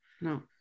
no